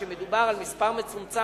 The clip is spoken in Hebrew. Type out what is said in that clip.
שמדובר על מספר מצומצם,